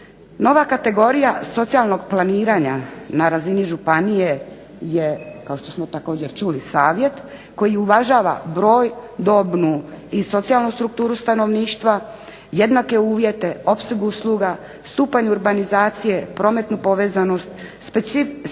Nova kategorija socijalnog planiranja na ražini županije je kao što smo čuli savjet koji uvažava broj dobnu i socijalnu strukturu stanovništva, jednake uvjete, opseg usluga, stupanj urbanizacije, prometnu povezanost, specifičnosti